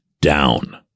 down